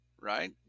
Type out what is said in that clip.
right